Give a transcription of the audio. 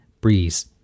Breeze